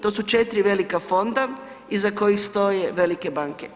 To su 4 velika fonda iza kojih stoje velike banke.